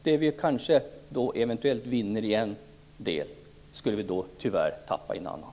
Det vi eventuellt vinner i en del skulle vi tyvärr tappa i en annan.